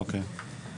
אוקיי.